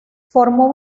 formó